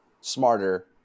smarter